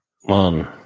One